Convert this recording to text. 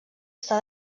està